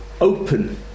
open